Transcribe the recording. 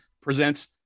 presents